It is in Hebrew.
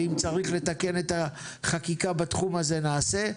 ואם צריך לתקן את החקיקה בתחום הזה נעשה.